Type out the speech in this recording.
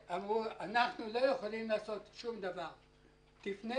כאשר אגף התנועה במשטרה רצה לשים אכיפה מוגברת,